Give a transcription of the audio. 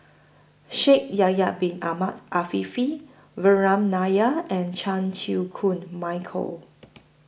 Shaikh Yahya Bin Ahmed Afifi Vikram Nair and Chan Chew Koon Michael